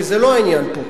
כי זה לא העניין פה.